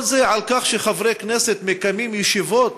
כל זה על כך שחברי כנסת מקיימים ישיבות?